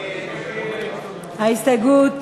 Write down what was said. ההסתייגויות